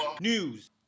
news